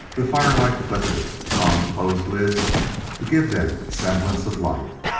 the firelight flickered upon the closed lids to give them semblance of life.